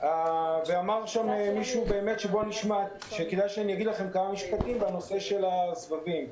כדאי שאגיד לכם כמה משפטים בנושא הסבבים.